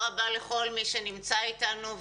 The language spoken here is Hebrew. תודה רבה לכל מי שנמצא אתנו.